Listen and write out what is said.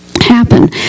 happen